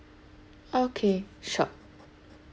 okay sure